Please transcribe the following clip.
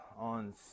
on